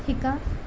শিকা